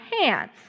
hands